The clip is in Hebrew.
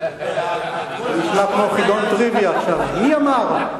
זה נשמע כמו חידון טריוויה עכשיו, מי אמר?